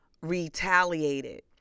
retaliated